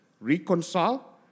reconcile